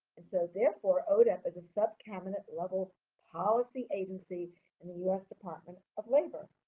and so, therefore, odep is a subcabinet-level policy agency in the u s. department of labor.